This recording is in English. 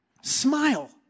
Smile